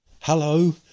Hello